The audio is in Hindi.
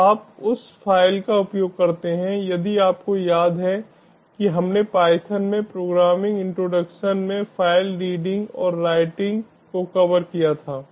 तो आप उस फ़ाइल का उपयोग करते हैं यदि आपको याद है कि हमने पायथन में प्रोग्रामिंग इंट्रोडक्शन में फाइल रीडिंग और राइटिंग को कवर किया था